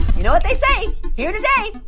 know what they say, here today,